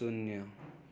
शून्य